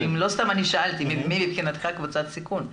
לא סתם שאלתי מי מבחינתך קבוצת סיכון,